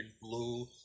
blue